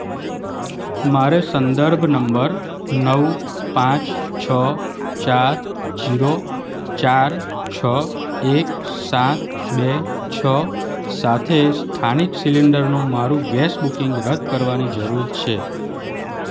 મારે સંદર્ભ નંબર નવ પાંચ છ ચાર ઝીરો ચાર છ એક સાત બે છ સાથે સ્થાનિક સિલિન્ડરનું મારું ગેસ બુકિંગ રદ્દ કરવાની જરૂર છે